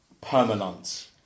permanence